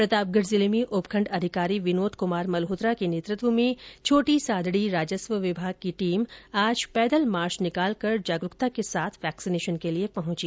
प्रतापगढ़ जिले में उपखण्ड अधिकारी विनोद क्मार मल्होत्रा के नेतृत्व में छोटी सादड़ी राजस्व विभाग की टीम आज पैदल मार्च निकालकर जागरूकता के साथ वैक्सीनेशन के लिए पहंची